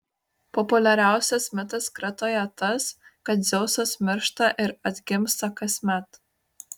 populiariausias mitas kretoje tas kad dzeusas miršta ir atgimsta kasmet